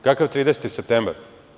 Kakav 30. septembar?